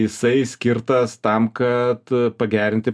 jisai skirtas tam kad pagerinti